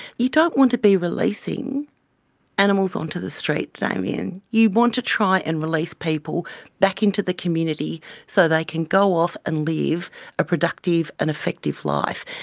you don't want to be releasing animals onto the street, damien, you want to try and release people back into the community so they can go off and live a productive and effective life.